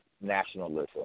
nationalism